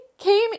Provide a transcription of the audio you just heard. Came